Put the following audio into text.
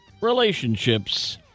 relationships